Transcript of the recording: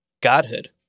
godhood